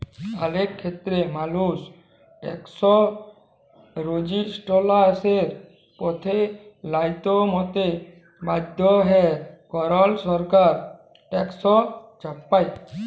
অলেক খ্যেত্রেই মালুস ট্যাকস রেজিসট্যালসের পথে লাইমতে বাধ্য হ্যয় কারল সরকার ট্যাকস চাপায়